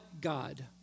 God